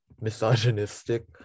misogynistic